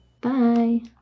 bye